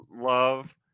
Love